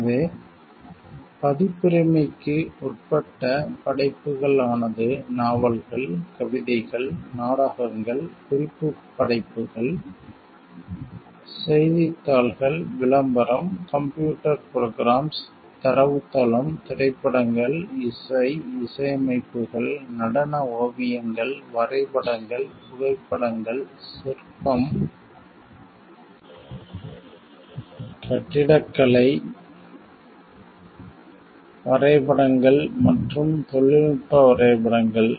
எனவே பதிப்புரிமைக்கு உட்பட்ட படைப்புகள் ஆனது நாவல்கள் கவிதைகள் நாடகங்கள் குறிப்புப் படைப்புகள் செய்தித்தாள்கள் விளம்பரம் கம்ப்யூட்டர் ப்ரொக்ராம்ஸ் தரவுத்தளம் திரைப்படங்கள் இசை இசையமைப்புகள் நடன ஓவியங்கள் வரைபடங்கள் புகைப்படங்கள் சிற்பம் கட்டிடக்கலை வரைபடங்கள் மற்றும் தொழில்நுட்ப வரைபடங்கள்